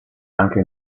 anche